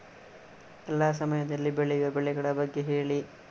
ಎಲ್ಲಾ ಸಮಯದಲ್ಲಿ ಬೆಳೆಯುವ ಬೆಳೆಗಳ ಬಗ್ಗೆ ಹೇಳಿ